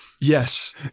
Yes